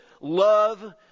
love